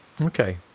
Okay